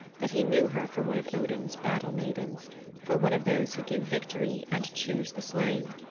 that he knew her for one of odin's battle-maidens for one of those who give victory and choose the slain.